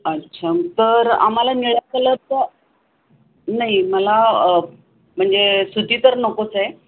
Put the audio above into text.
अच्छा तर आम्हाला निळ्या कलरचं नाही मला म्हणजे सुती तर नकोच आहे